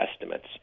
estimates